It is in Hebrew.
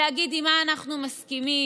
להגיד עם מה אנחנו מסכימים,